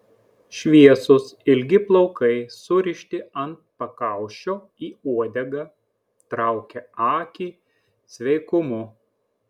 šviesūs ilgi plaukai surišti ant pakaušio į uodegą traukė akį sveikumu